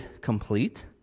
complete